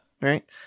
Right